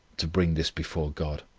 to bring this before god.